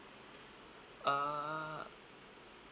uh